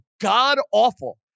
god-awful